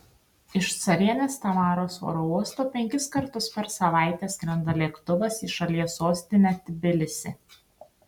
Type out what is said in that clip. iš carienės tamaros oro uosto penkis kartus per savaitę skrenda lėktuvas į šalies sostinę tbilisį